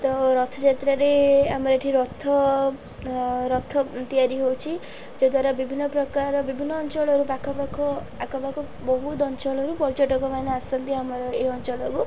ତ ରଥଯାତ୍ରାରେ ଆମର ଏଠି ରଥ ରଥ ତିଆରି ହେଉଛି ଯାହା ଦ୍ୱାରା ବିଭିନ୍ନ ପ୍ରକାର ବିଭିନ୍ନ ଅଞ୍ଚଳରୁ ପାଖପାଖ ଆଖପାଖ ବହୁତ ଅଞ୍ଚଳରୁ ପର୍ଯ୍ୟଟକମାନେ ଆସନ୍ତି ଆମର ଏ ଅଞ୍ଚଳକୁ